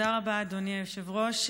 תודה רבה, אדוני היושב-ראש.